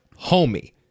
homie